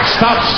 stop